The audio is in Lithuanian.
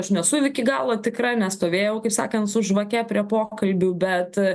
aš nesu iki galo tikra nestovėjau kaip sakant su žvake prie pokalbių bet